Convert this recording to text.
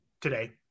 Today